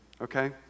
okay